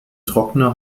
trockene